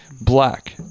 Black